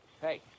Hey